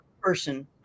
person